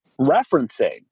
referencing